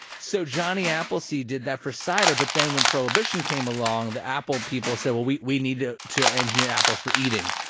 so johnny appleseed did that for cider. but then when prohibition came along, the apple, people said, well, we we need to to engineer apples for eating.